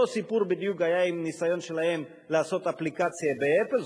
אותו סיפור בדיוק היה עם ניסיון שלהם לעשות אפליקציה ב"אפל".